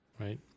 Right